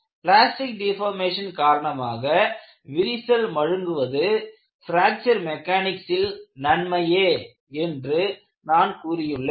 plastic deformation காரணமாக விரிசல் மழுங்குவது பிராக்ச்சர் மெக்கானிக்கஸில் நன்மையே என்று நான் கூறியுள்ளேன்